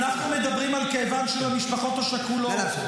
אנחנו מדברים על כאבן של המשפחות השכולות.